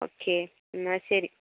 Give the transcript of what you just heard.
okay എന്നാൽ ശരി